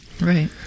Right